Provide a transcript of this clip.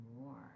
more